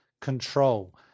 control